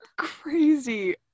Crazy